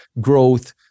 growth